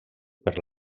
per